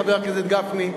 חבר הכנסת גפני,